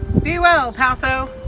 be well paso!